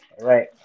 right